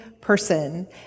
person